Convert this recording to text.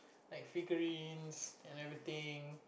like figurines and everythings